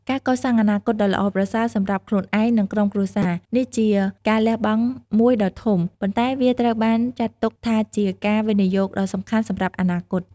ការកសាងអនាគតដ៏ល្អប្រសើរសម្រាប់ខ្លួនឯង និងក្រុមគ្រួសារ នេះជាការលះបង់មួយដ៏ធំ ប៉ុន្តែវាត្រូវបានចាត់ទុកថាជាការវិនិយោគដ៏សំខាន់សម្រាប់អនាគត។